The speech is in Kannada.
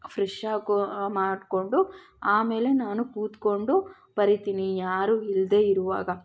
ಫ್ರೆಶ್ ಆಗೋ ಮಾಡಿಕೊಂಡು ಆಮೇಲೆ ನಾನು ಕೂತ್ಕೊಂಡು ಬರಿತೀನಿ ಯಾರು ಇಲ್ಲದೆ ಇರುವಾಗ